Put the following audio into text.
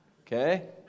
Okay